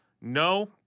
No